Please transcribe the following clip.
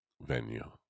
venue